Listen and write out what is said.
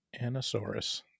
Anasaurus